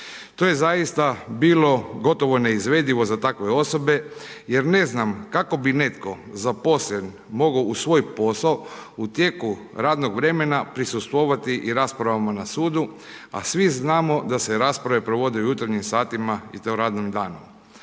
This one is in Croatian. To je zaista bilo gotovo neizvedivo za takve osobe jer ne znamo kako bi netko zaposlen uz svoj, u tijeku radnog vremena, prisustvovati i raspravama na sudu a svi znamo da se rasprave provode u jutarnjim satima i to radnim danom.